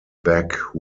beck